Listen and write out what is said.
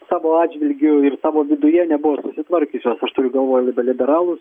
savo atžvilgiu ir savo viduje nebuvo sutvarkiusios aš turiu galvoj liberalus